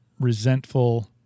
resentful